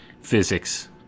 physics